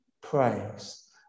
praise